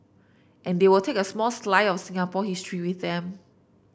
and they will take a small slice of Singapore history with them